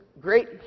great